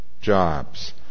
jobs